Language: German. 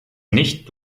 nicht